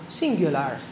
singular